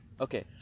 Okay